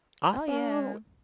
Awesome